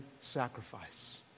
sacrifice